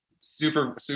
super